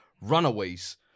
runaways